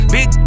Big